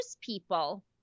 people